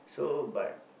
so but